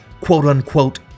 quote-unquote